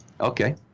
Okay